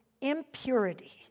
impurity